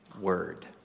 Word